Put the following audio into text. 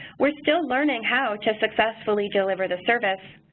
we are still learning how to successfully deliver the service,